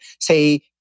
say